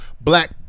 black